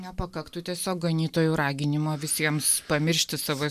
nepakaktų tiesiog ganytojų raginimo visiems pamiršti savo